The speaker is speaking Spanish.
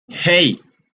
hey